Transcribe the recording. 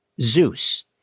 Zeus